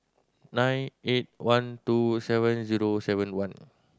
nine eight one two seven zero seven one